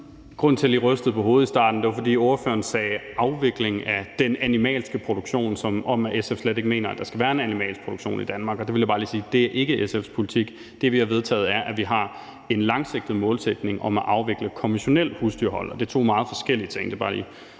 Grunden til, at jeg lige rystede på hovedet i starten, var, at ordføreren sagde: afvikling af den animalske produktion – som om SF slet ikke mener, der skal være en animalsk produktion i Danmark. Og der vil jeg bare lige sige, at det ikke er SF's politik. Det, vi har vedtaget, er, at vi har en langsigtet målsætning om at afvikle konventionelt husdyrhold, og det er to meget forskellige ting.